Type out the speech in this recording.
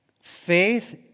faith